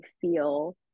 feel